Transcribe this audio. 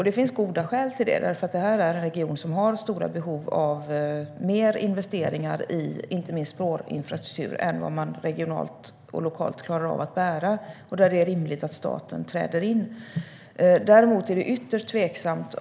Det finns goda skäl till det eftersom detta är en region som har stora behov av mer investeringar, inte minst i spårinfrastruktur, än vad man regionalt och kommunalt klarar av att bära. Då är det rimligt att staten träder in.